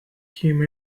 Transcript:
him